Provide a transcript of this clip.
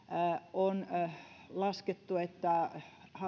on laskettu että